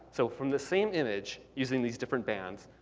so from the same image, using these different bands,